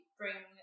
bring